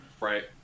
Right